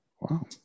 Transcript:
Wow